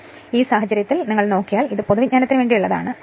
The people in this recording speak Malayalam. അതിനാൽ ഈ സാഹചര്യത്തിൽ നിങ്ങൾ നോക്കിയാൽ ഇത് പൊതുവിജ്ഞാനത്തിന് വേണ്ടിയുള്ളതാണ്